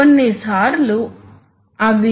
మనము ఇప్పుడే చూస్తాము